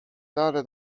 tale